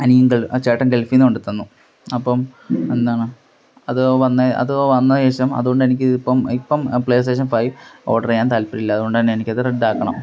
അനിയന് ഗള് ചേട്ടന് ഗള്ഫീന്ന് കൊണ്ടുത്തന്നു അപ്പോള് എന്താണ് അത് വന്ന അത് വന്നശേഷം അതുകൊണ്ടെനിക്ക് ഇപ്പോള് ഇപ്പോള് പ്ലേ സ്റ്റേഷന് ഫൈവ് ഓഡ്രെയ്യാൻ താല്പ്പര്യമില്ല അതോണ്ടന്നെ എനിക്കത് റദ്ദാക്കണം